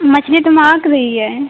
मछली तो महक रही है